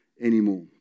anymore